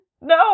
no